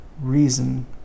reason